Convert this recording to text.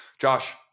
josh